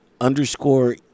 underscore